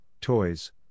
toys